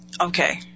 okay